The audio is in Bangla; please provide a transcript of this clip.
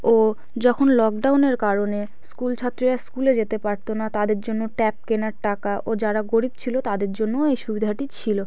ও যখন লকডাউনের কারণে স্কুল ছাত্রীরা স্কুলে যেতে পারত না তাদের জন্য ট্যাব কেনার টাকা ও যারা গরিব ছিল তাদের জন্যও এই সুবিধাটি ছিল